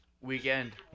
Weekend